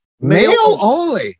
Male-only